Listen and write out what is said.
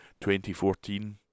2014